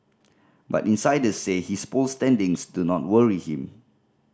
but insiders says his poll standings do not worry him